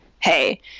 hey